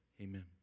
Amen